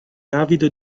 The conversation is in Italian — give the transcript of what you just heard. avido